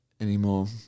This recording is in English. anymore